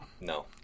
no